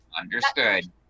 understood